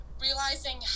realizing